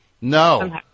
No